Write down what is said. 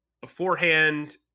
Beforehand